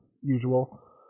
usual